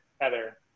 Heather